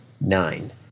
Nine